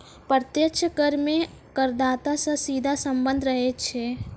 प्रत्यक्ष कर मे करदाता सं सीधा सम्बन्ध रहै छै